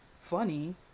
funny